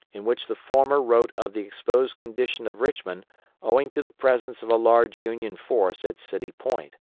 in which the former wrote of the exposed condition of richmond owing to the presence of a large union force at city point.